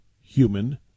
human